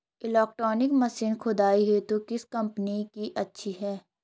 Electronic machine खुदाई हेतु किस कंपनी की अच्छी है?